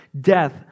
death